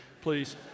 please